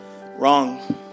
Wrong